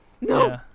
No